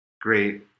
great